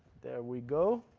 there we go.